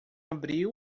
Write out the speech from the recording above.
abril